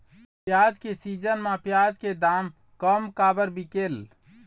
प्याज के सीजन म प्याज के दाम कम काबर बिकेल?